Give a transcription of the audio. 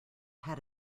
had